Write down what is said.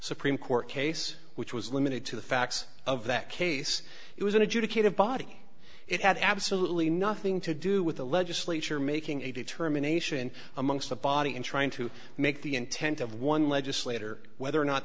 supreme court case which was limited to the facts of that case it was an adjudicative body it had absolutely nothing to do with the legislature making a determination amongst the body in trying to make the intent of one legislator whether or not